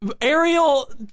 Ariel